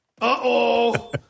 Uh-oh